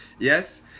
Yes